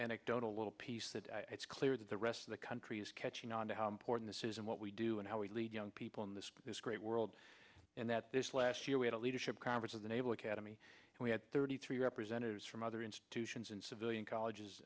anecdotal little piece that it's clear that the rest of the country is catching on to how important this is and what we do and how we lead young people in this this great world and that this last year we had a leadership conference of the naval academy and we had thirty three representatives from other institutions and civilian colleges